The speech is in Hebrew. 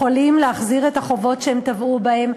בכך שהם לא יכולים להחזיר את החובות שהם טבעו בהם,